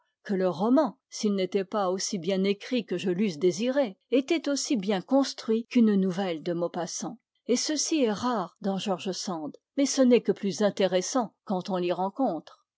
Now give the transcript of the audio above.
que le roman s'il n'était pas aussi bien écrit que je l'eusse désiré était aussi bien construit qu'une nouvelle de maupassant et ceci est rare dans george sand mais n'est que plus intéressant quand on l'y rencontre